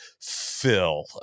Phil